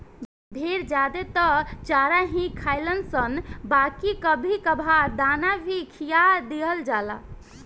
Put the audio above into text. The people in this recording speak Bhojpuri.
भेड़ ज्यादे त चारा ही खालनशन बाकी कभी कभार दाना भी खिया दिहल जाला